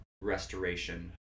restoration